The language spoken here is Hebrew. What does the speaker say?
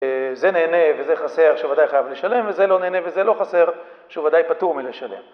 זה נהנה וזה חסר, שהוא ודאי חייב לשלם, וזה לא נהנה וזה לא חסר, שהוא ודאי פטור מלשלם.